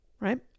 right